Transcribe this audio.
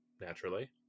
naturally